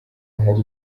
ahari